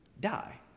die